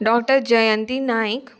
doctor Jayanti Naik